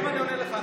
עכשיו אני עונה לך.